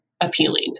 appealing